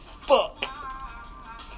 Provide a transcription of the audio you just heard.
Fuck